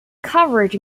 coverage